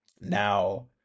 Now